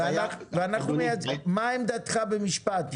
מה עמדתך במשפט?